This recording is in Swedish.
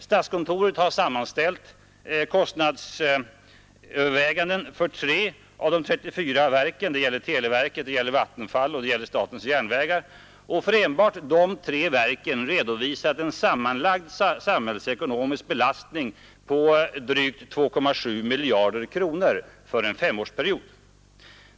Statskontoret har sammanställt kostnadsöverväganden för 3 av de 34 verken — det gäller televerket, Vattenfall och statens järnvägar — och för enbart dessa tre verk redovisat en sammanlagd samhällsekonomisk belastning på drygt 2,7 miljarder kronor för en femårsperiod.